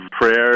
prayers